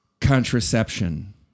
Contraception